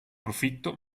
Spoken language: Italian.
profitto